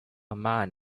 man